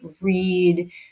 read